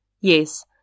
Yes